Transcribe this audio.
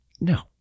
No